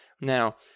Now